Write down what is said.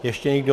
Ještě někdo?